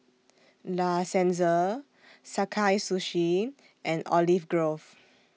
La Senza Sakae Sushi and Olive Grove